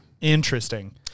Interesting